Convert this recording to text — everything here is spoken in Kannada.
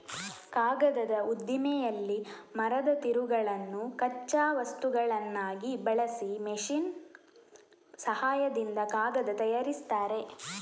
ಕಾಗದದ ಉದ್ದಿಮೆಯಲ್ಲಿ ಮರದ ತಿರುಳನ್ನು ಕಚ್ಚಾ ವಸ್ತುವನ್ನಾಗಿ ಬಳಸಿ ಮೆಷಿನ್ ಸಹಾಯದಿಂದ ಕಾಗದ ತಯಾರಿಸ್ತಾರೆ